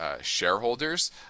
shareholders